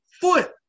foot